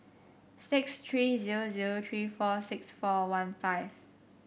six three zero zero three four six four one five